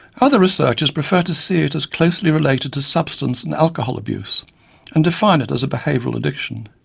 other researchers prefer to see it as closely related to substance and alcohol abuse and define it as a behavioural addiction.